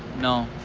no